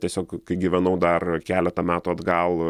tiesiog kai gyvenau dar keletą metų atgal